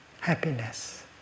happiness